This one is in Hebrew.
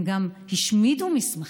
הן גם השמידו מסמכים.